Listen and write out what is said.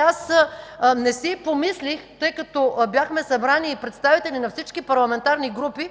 Аз не си помислих, тъй като бяхме събрани представители от всички парламентарни групи,